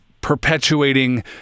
perpetuating